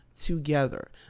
together